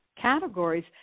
categories